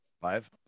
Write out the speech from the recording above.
Five